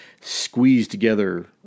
squeezed-together